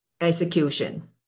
execution